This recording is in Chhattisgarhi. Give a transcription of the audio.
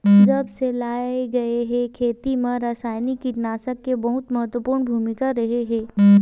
जब से लाए गए हे, खेती मा रासायनिक कीटनाशक के बहुत महत्वपूर्ण भूमिका रहे हे